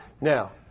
Now